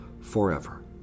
forever